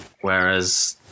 Whereas